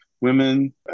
women